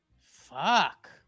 Fuck